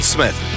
Smith